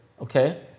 okay